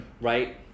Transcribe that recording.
right